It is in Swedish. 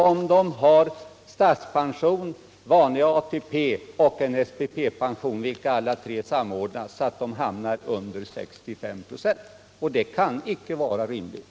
Om de har statspension, vanlig ATP och en SPP-pension samordnas de tre så att man hamnar under 65 96. Det kan inte vara rimligt.